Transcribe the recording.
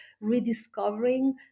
rediscovering